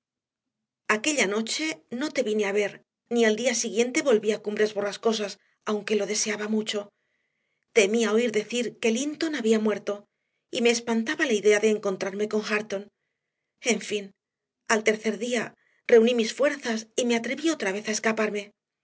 aquella noche no te vine a ver ni al día siguiente volví a cumbres borrascosas aunque lo deseaba mucho temía oír decir que linton había muerto y me espantaba la idea de encontrarme con hareton en fin al tercer día reuní mis fuerzas y me atreví otra vez a escaparme